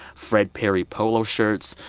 fred perry polo shirts.